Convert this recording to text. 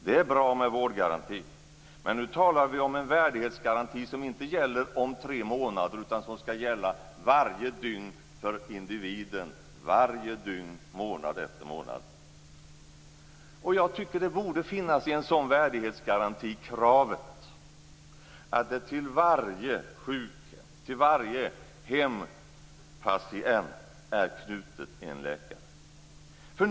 Det är bra med vårdgarantin, men nu talar jag om en värdighetsgaranti som inte gäller om tre månader utan som skall gälla varje dygn för individen, varje dygn månad efter månad. Jag tycker att det i en sådan värdighetsgaranti borde finnas kravet att en läkare är knuten till varje sjukhem och till varje hempatient.